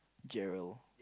Gerald